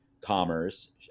commerce